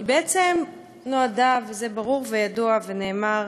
בעצם נועדה, וזה ברור וידוע ונאמר,